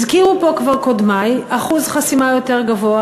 הזכירו פה כבר קודמי שאחוז חסימה יותר גבוה